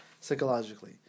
Psychologically